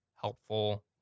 helpful